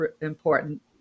important